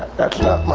that's not mine.